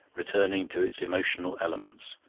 returning to its emotional elements.